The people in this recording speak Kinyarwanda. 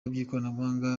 by’ikoranabuhanga